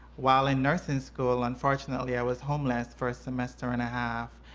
while in nursing school, unfortunately, i was homeless for a semester and a half.